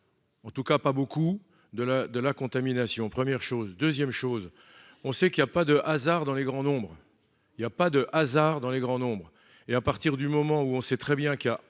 En tout cas pas beaucoup de la de la contamination, première chose 2ème chose, on sait qu'il y a pas de hasard dans les grands nombres, il y a pas de hasard dans les grands nombres et à partir du moment où on sait très bien qu'il y a